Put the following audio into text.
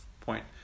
point